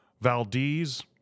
Valdez